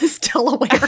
Delaware